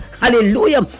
hallelujah